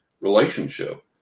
relationship